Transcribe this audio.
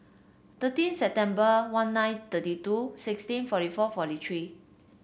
thirteen September one nine thirty two sixteen forty four forty three